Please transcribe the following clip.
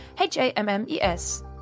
H-A-M-M-E-S